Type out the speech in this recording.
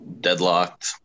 deadlocked